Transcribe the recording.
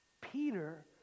Peter